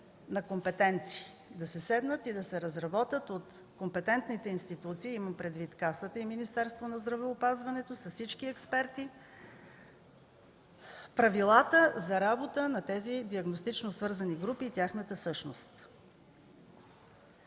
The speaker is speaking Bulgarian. на компетенции, да се седне и да се разработи от компетентните институции – имам предвид Касата и Министерството на здравеопазването с всички експерти, правилата за работа на тези диагностично свързани групи и тяхната същност.